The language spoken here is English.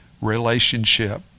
relationship